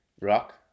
Rock